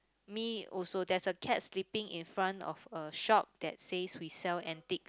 me also there's a cat sleeping in front of a shop that says we sell antiques